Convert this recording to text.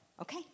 okay